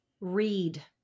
read